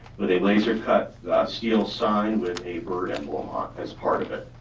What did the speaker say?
with a laser cut steel sign with a bird and block as part of it.